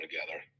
together